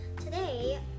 Today